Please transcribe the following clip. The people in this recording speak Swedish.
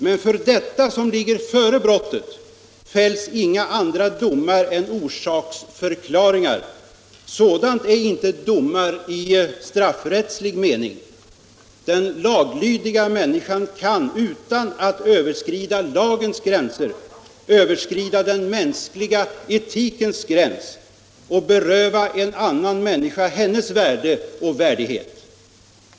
Men för detta som ligger före brottet fälls det inga andra domar än orsaksförklaringar, och sådana är inte domar i straffrättslig mening. Den laglydiga människan kan utan att överskrida lagens gränser överskrida den mänskliga etikens gräns och beröva en annan människa hennes värde och värdighet.